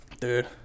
Dude